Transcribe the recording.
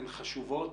הן חשובות.